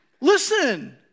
Listen